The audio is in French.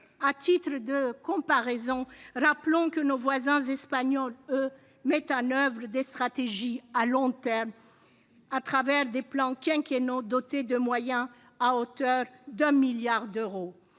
À titre de comparaison, rappelons que nos voisins espagnols, eux, mettent en oeuvre des stratégies de long terme, au travers de plans quinquennaux dotés de quelque 1 milliard d'euros.